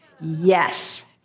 Yes